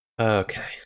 Okay